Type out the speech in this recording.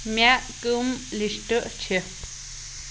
مےٚ کَم لِسٹ چِھ